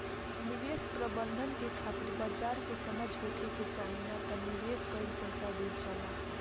निवेश प्रबंधन के खातिर बाजार के समझ होखे के चाही नात निवेश कईल पईसा डुब जाला